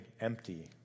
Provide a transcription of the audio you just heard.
empty